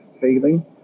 feeling